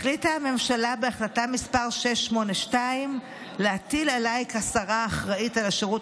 החליטה הממשלה בהחלטה מס' 682 להטיל עליי כשרה האחראית לשירות